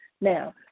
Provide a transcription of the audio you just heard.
Now